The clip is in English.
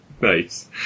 Nice